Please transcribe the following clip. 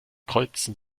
kreuzten